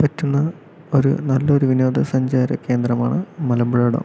പറ്റുന്ന ഒരു നല്ലൊരു വിനോദ സഞ്ചാര കേന്ദ്രമാണ് മലമ്പുഴ ഡാം